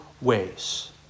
ways